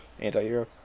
Anti-hero